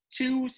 two